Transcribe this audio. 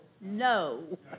No